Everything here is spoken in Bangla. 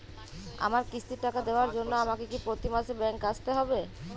আমার কিস্তির টাকা দেওয়ার জন্য আমাকে কি প্রতি মাসে ব্যাংক আসতে হব?